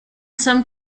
some